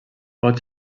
pot